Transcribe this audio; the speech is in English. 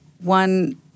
one